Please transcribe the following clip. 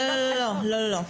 לא, לא.